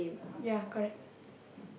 ya correct